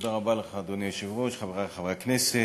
תודה רבה לך, אדוני היושב-ראש, חברי חברי הכנסת,